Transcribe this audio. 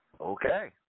Okay